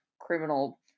criminal